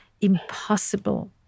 impossible